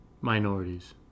Minorities